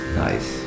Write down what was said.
nice